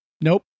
Nope